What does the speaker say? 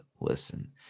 listen